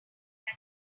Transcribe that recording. that